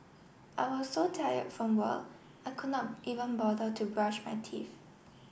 I was so tired from work I could not even bother to brush my teeth